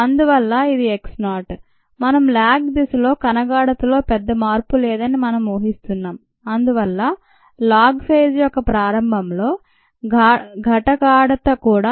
అందువల్ల ఇది x కాదు మనం ల్యాగ్ దశలో కణ గాఢతలో పెద్దగా మార్పు లేదని మనం ఊహిస్తున్నాం అందువల్ల లాగ్ ఫేజ్ యొక్క ప్రారంభంలో ఘటగాఢత కూడా 0